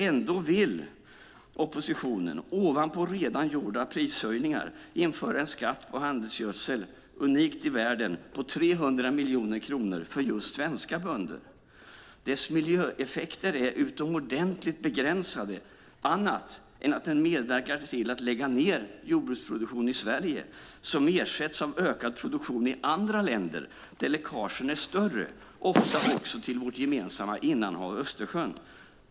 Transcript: Ändå vill oppositionen ovanpå redan gjorda prishöjningar införa en skatt på handelsgödsel - unikt i världen - på 300 miljoner kronor för just svenska bönder. Dess miljöeffekter är utomordentligt begränsade, annat än att den medverkar till att lägga ned jordbruksproduktion i Sverige som ersätts av ökad produktion i andra länder där läckagen är större, ofta också till vårt gemensamma innanhav Östersjön.